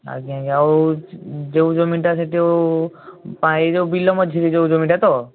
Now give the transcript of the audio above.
ଆଜ୍ଞା ଆଜ୍ଞା ଆଉ ଯେଉଁ ଜମିଟା ସେଠୁ ଏହି ଯେଉଁ ବିଲ ମଝିରେ ଯେଉଁ ଜମିଟା ତ